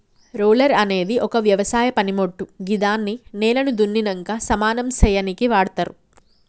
roller అనేది ఒక వ్యవసాయ పనిమోట్టు గిదాన్ని నేలను దున్నినంక సమానం సేయనీకి వాడ్తరు